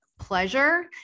pleasure